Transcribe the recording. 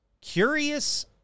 curious